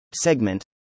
Segment